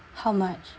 how much